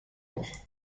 noch